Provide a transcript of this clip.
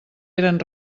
eren